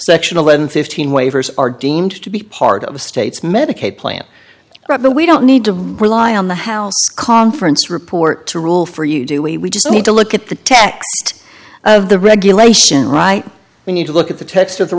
sectional when fifteen waivers are deemed to be part of the state's medicaid plan right but we don't need to rely on the house conference report to rule for you do we just need to look at the tax the regulation right we need to look at the text of the